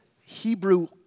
Hebrew